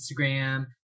Instagram